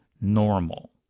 normal